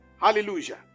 Hallelujah